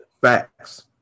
Facts